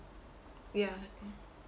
ya